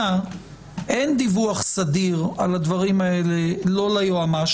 אין דיווח סדיר על הדברים האלה ליועמ"ש.